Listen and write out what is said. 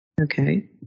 Okay